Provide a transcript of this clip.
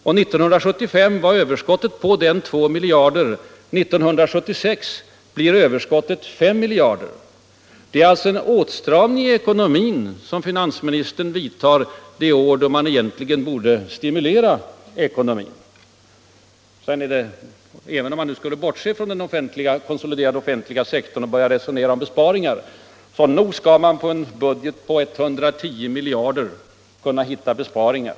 År 1975 var överskottet på den 2 miljarder kronor, men år 1976 blir överskottet 5 miljarder. Det är alltså en åtstramning i ekonomin, som finansministern vidtar det år då han egentligen borde stimulera ekonomin. Även om man skulle bortse från den konsoliderade offentliga sektorn och börja resonera om besparingar kan ni väl medge att man på en budget på 110 miljarder kronor borde kunna hitta åtminstone några besparingar.